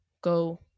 go